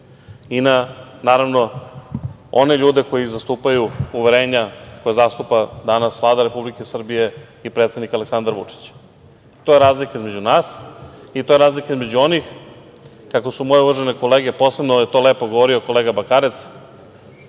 i na one ljude koji ih zastupaju, uverenja koja zastupa danas Vlada Republike Srbije i predsednik Aleksandar Vučić. To je razlika između nas i to je razlika između onih, kako su moje uvažene kolege, posebno je to lepo govorio kolega Bakarec,